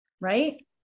right